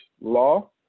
law